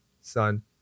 son